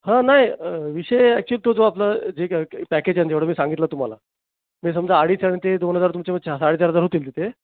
हां नाही विषय ॲक्चुअली तो जो आपलं जे काही काही पॅकेज आहे ना जेवढं मी सांगितलं तुम्हाला ते समजा अडीच आणि ते दोन हजार तुमचे वरचे चा साडेचार हजार होतील तिथे